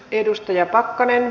edustajat pakkanen